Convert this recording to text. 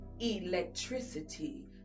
electricity